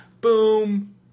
Boom